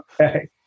Okay